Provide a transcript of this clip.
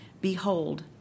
Behold